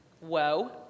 Whoa